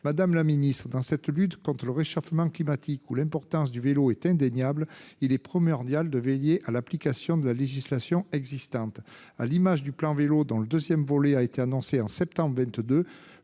Madame la ministre, dans la lutte contre le réchauffement climatique, l’importance du vélo est indéniable : il est primordial de veiller à l’application de la législation existante. Dans le cadre du plan Vélo, dont le deuxième volet a été annoncé en septembre 2022,